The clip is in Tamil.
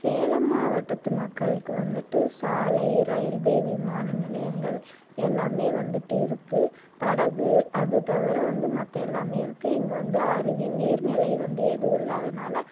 சேலம் மாவட்டத்து மக்களுக்கு வந்துட்டு சாலை ரயில்வே விமான நிலையங்கள் எல்லாமே வந்துட்டு இருக்குது படகு அது தவிர வந்து மற்ற எல்லாமே இருக்குது இங்கே வந்து அருவி நீர்நிலை வந்து எதுவும் இல்லாதனால்